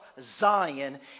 Zion